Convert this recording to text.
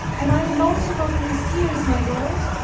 am i the motive of these tears, my lord?